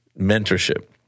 mentorship